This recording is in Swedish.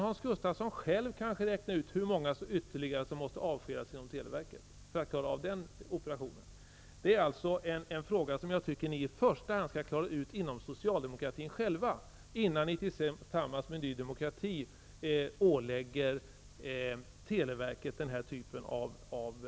Hans Gustafsson kan själv räkna ut hur många flera anställda som måste avskedas inom televerket för att klara denna operation. Det är en fråga som jag tycker att ni i första hand skall klara ut inom socialdemokratin, innan ni tillsammans med Ny Demokrati ålägger televerket att föra en viss politik.